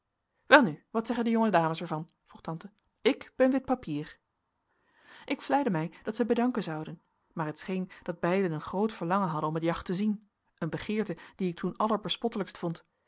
welnu wat zeggen de jonge dames er van vroeg tante ik ben wit papier ik vleide mij dat zij bedanken zouden maar het scheen dat beiden een groot verlangen hadden om het jacht te zien een begeerte die ik toen allerbespottelijkst vond